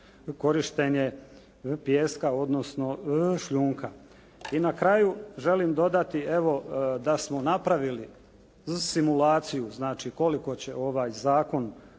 korištenje pijeska odnosno šljunka. I na kraju želim dodati evo da smo napravili simulaciju znači koliko će ovaj zakon